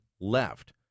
left